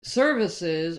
services